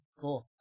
Cool